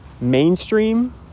mainstream